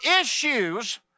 issues